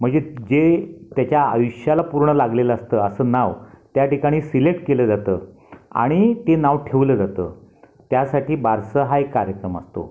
म्हणजे जे त्याच्या आयुष्याला पूर्ण लागलेलं असतं असं नाव त्या ठिकाणी सिलेक्ट केलं जातं आणि ते नाव ठेवलं जातं त्यासाठी बारसं हां एक कार्यक्रम असतो